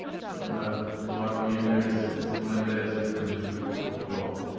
sure enough. they walked me in there. they said, mr. melendez, we find you suitable for parole.